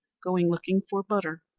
going looking for butter,